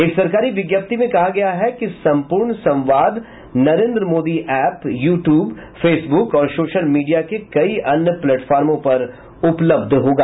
एक सरकारी विज्ञप्ति में कहा गया है कि सम्पूर्ण संवाद Narendra Modi app YouTube Facebook और सोशल मीडिया के कई अन्य प्लेटफार्मों पर उपलब्ध होगा